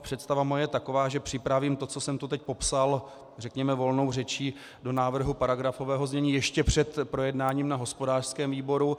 Moje představa je taková, že připravím to, co jsem tu teď popsal řekněme volnou řečí, do návrhu paragrafového znění ještě před projednáním na hospodářském výboru.